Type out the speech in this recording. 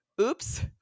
oops